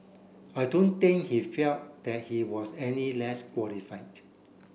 I don't think he felt that he was any less qualified